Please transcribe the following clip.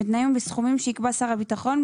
בתנאים ובסכומים שיקבע שר הביטחון,